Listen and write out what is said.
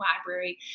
library